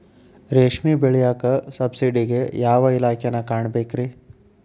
ರೇಷ್ಮಿ ಬೆಳಿಯಾಕ ಸಬ್ಸಿಡಿಗೆ ಯಾವ ಇಲಾಖೆನ ಕಾಣಬೇಕ್ರೇ?